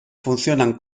funcionan